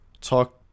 talk